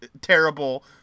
terrible